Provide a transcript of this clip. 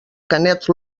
canet